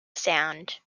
sound